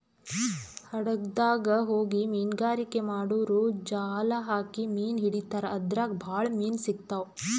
ಹಡಗ್ದಾಗ್ ಹೋಗಿ ಮೀನ್ಗಾರಿಕೆ ಮಾಡೂರು ಜಾಲ್ ಹಾಕಿ ಮೀನ್ ಹಿಡಿತಾರ್ ಅದ್ರಾಗ್ ಭಾಳ್ ಮೀನ್ ಸಿಗ್ತಾವ್